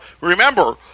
remember